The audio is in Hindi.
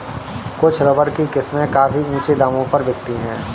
कुछ रबर की किस्में काफी ऊँचे दामों पर बिकती है